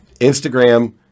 Instagram